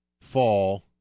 fall